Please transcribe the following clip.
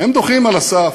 הם דוחים על הסף.